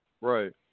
right